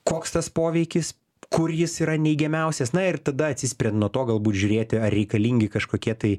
koks tas poveikis kur jis yra neigiamiausias na ir tada atsispiriant nuo to galbūt žiūrėti ar reikalingi kažkokie tai